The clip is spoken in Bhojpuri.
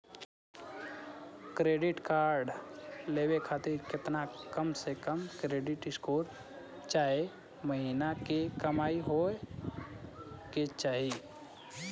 क्रेडिट कार्ड लेवे खातिर केतना कम से कम क्रेडिट स्कोर चाहे महीना के कमाई होए के चाही?